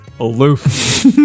aloof